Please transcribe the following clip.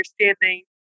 understanding